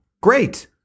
Great